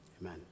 Amen